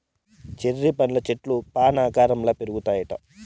cherry పండ్ల చెట్లు fan ఆకారంల పెరుగుతాయిట